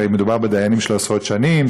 הרי מדובר בדיינים של עשרות שנים,